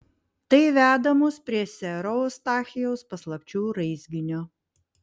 tai veda mus prie sero eustachijaus paslapčių raizginio